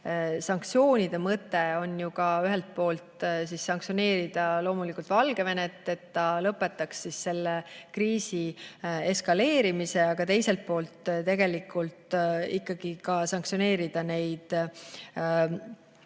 sanktsioonide mõte on ühelt poolt sanktsioneerida loomulikult Valgevenet, et ta lõpetaks selle kriisi eskaleerimise, aga teiselt poolt ikkagi ka sanktsioneerida neid